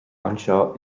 anseo